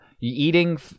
eating